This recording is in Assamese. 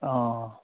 অঁ